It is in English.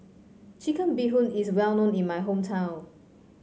Chicken Bee Hoon is well known in my hometown